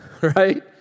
right